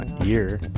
year